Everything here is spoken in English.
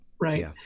Right